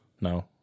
No